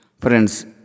Friends